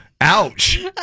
ouch